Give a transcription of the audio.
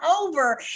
over